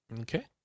Okay